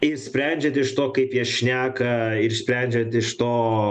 ir sprendžiant iš to kaip jie šneka ir sprendžiant iš to